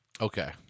Okay